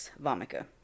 vomica